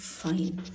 fine